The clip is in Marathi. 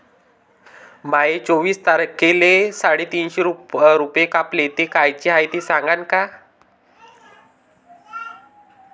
माये चोवीस तारखेले साडेतीनशे रूपे कापले, ते कायचे हाय ते सांगान का?